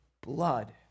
blood